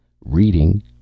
Reading